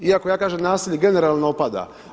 Iako ja kažem nasilje generalno opada.